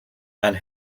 and